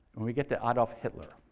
when we get to adolf hitler.